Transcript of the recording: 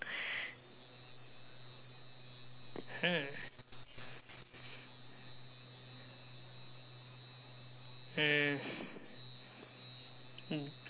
hmm mm